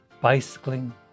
bicycling